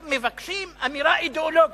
עכשיו מבקשים אמירה אידיאולוגית.